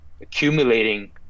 accumulating